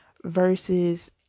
versus